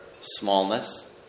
smallness